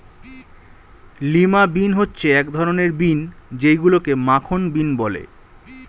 lima bean হচ্ছে এক ধরনের বিন যেইগুলোকে মাখন বিন বলে